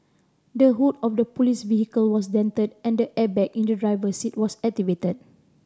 the hood of the police vehicle was dented and the airbag in the driver's seat was activated